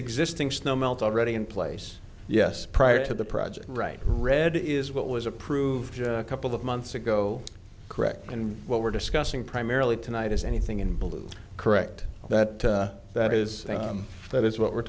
existing snow melt already in place yes prior to the project right red is what was approved a couple of months ago correct and what we're discussing primarily tonight is anything in blue correct that that is that is what we're